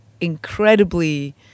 incredibly